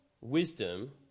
wisdom